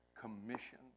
commission